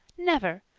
never,